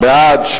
בעד,